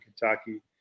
kentucky